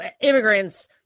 immigrants